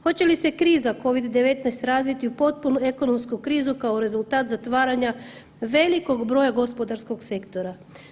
Hoće li se kriza Covid-19 razviti u potpunu ekonomsku krizu kao rezultat zatvaranja velikog broja gospodarskog sektora.